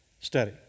study